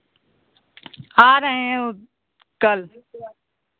आ रहे हैं कल